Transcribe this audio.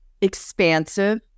expansive